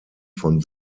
von